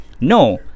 No